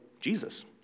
Jesus